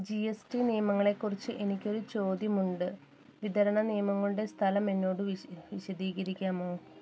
G S T നിയമങ്ങളെക്കുറിച്ച് എനിക്കൊരു ചോദ്യമുണ്ട് വിതരണ നിയമങ്ങളുടെ സ്ഥലം എന്നോട് വിശദീകരിക്കാമോ